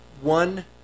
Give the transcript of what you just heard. one